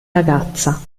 ragazza